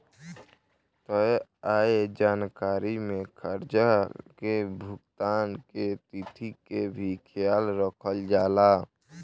तय आय जानकारी में कर्जा के भुगतान के तिथि के भी ख्याल रखल जाला